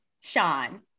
Sean